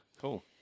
Cool